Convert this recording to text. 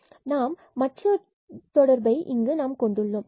எனவே நாம் மற்றொரு தொடர்பை கொண்டுள்ளோம்